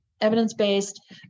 evidence-based